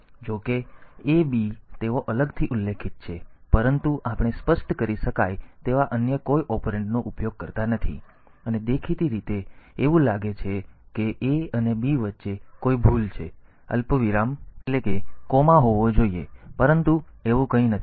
તેથી જો કે A B તેઓ અલગથી ઉલ્લેખિત છે પરંતુ આપણે સ્પષ્ટ કરી શકાય તેવા અન્ય કોઈ ઓપરેન્ડનો ઉપયોગ કરતા નથી અને દેખીતી રીતે એવું લાગે છે કે A અને B વચ્ચે કોઈ ભૂલ છે અલ્પવિરામ હોવો જોઈએ પરંતુ એવું કંઈ નથી